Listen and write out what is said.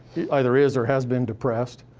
either is or has been depressed,